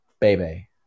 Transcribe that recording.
baby